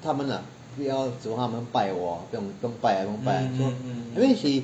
他们啊不用求他们拜我不用拜 lah 不用拜因为 he